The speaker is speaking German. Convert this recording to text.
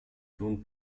sohn